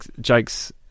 Jake's